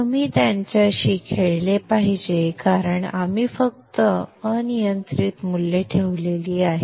तुम्ही त्यांच्याशी खेळले पाहिजे कारण आपण फक्त अनियंत्रित मूल्ये ठेवली आहेत